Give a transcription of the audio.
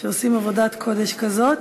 שעושים עבודת קודש כזאת.